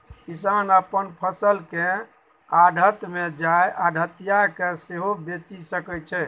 किसान अपन फसल केँ आढ़त मे जाए आढ़तिया केँ सेहो बेचि सकै छै